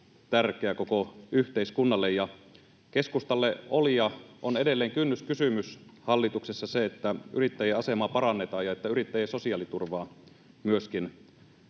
tärkeitä koko yhteiskunnalle. Keskustalle oli ja on edelleen kynnyskysymys hallituksessa se, että yrittäjän asemaa parannetaan ja että yrittäjien sosiaaliturvaa myöskin